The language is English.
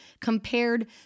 compared